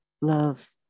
love